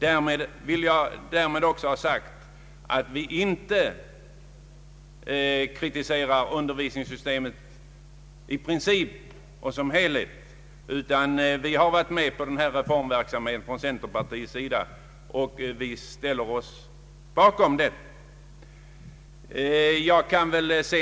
Jag vill härmed också ha sagt att vi inte kritiserar undervisningssystemet i princip och som helhet. Centerpartiet har från början varit med om denna reformverksamhet, och vi ställer oss bakom den.